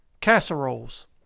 casseroles